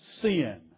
sin